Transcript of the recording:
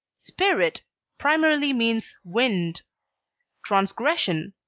spirit primarily means wind transgression,